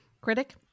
Critic